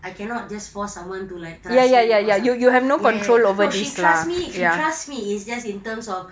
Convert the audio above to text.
I cannot just force someone to like trust or som~ ya ya no she trusts me she trusts me is just in terms of